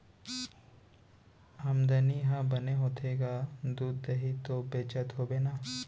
आमदनी ह बने होथे गा, दूद, दही तो बेचत होबे ना?